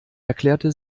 erklärte